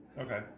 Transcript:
Okay